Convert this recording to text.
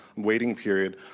waiting period.